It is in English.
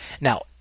Now